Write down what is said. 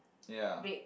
ya